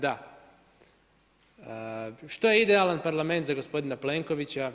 Da, što je idealan parlament za gospodina Plenkovića?